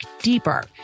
deeper